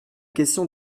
question